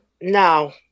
No